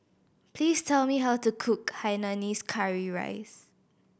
please tell me how to cook hainanese curry rice